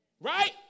Right